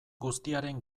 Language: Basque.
guztiaren